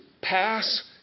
pass